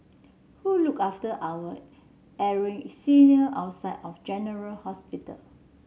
who look after our ailing senior outside of general hospital